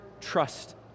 trust